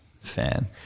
fan